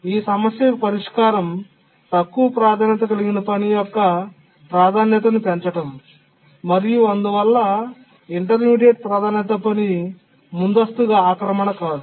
ఈ సమస్యకు పరిష్కారం తక్కువ ప్రాధాన్యత కలిగిన పని యొక్క ప్రాధాన్యతను పెంచడం మరియు అందువల్ల ఇంటర్మీడియట్ ప్రాధాన్యతా పని ముందస్తుగా ఆక్రమణ కాదు